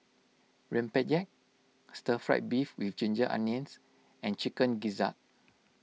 Rempeyek Stir Fried Beef with Ginger Onions and Chicken Gizzard